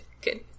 good